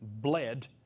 bled